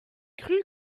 cru